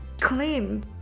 Clean